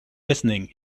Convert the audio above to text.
listening